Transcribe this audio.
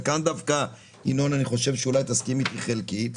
וכאן דווקא ינון אולי יסכים אתי חלקית,